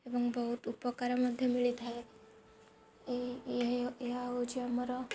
ଏବଂ ବହୁତ ଉପକାର ମଧ୍ୟ ମିଳିଥାଏ ଏହା ହେଉଛି ଆମର